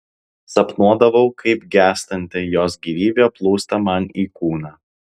sapnuodavau kaip gęstanti jos gyvybė plūsta man į kūną